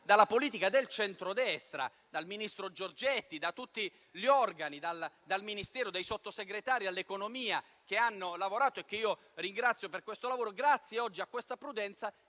dalla politica del centrodestra, dal ministro Giorgetti e da tutti gli organi del Ministero e dai Sottosegretari all'economia, che hanno lavorato e che ringrazio per il lavoro svolto, oggi abbiamo invece